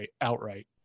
outright